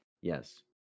Yes